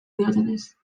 diotenez